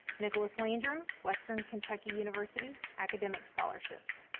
nicholas landrum, western kentucky university, academic scholarships.